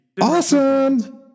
awesome